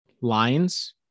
lines